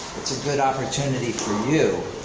it's a good opportunity for you.